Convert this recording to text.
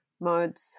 modes